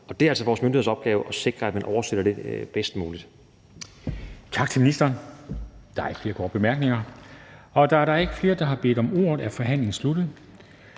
det er altså vores myndigheders opgave at sikre, at man oversætter den bedst muligt.